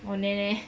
oh neh neh